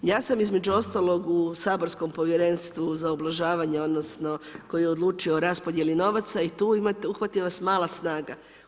Ja sam između ostalog u saborskom Povjerenstvu za ublažavanje, odnosno koje odlučuje o raspodjeli novaca i tu imate, uhvati vas mala snaga.